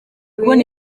kubona